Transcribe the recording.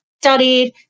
studied